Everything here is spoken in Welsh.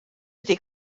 wedi